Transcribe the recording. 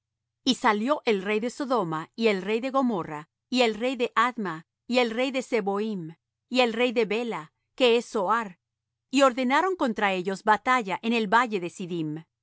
y salió el rey de sodoma y el rey de gomorra y el rey de adma y el rey de zeboim y el rey de bela que es zoar y ordenaron contra ellos batalla en el valle